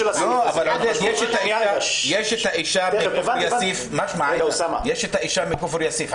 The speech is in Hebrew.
יש את האישה מכפר יאסיף,